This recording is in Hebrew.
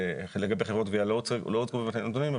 לגבי חברות גבייה לא הוצגו בפנינו נתונים,